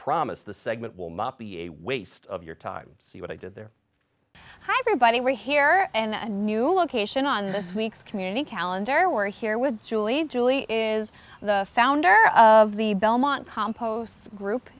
promise the segment will not be a waste of your time see what i did there hi everybody we're here and new location on this week's community calendar we're here with julie julie is the founder of the belmont composts group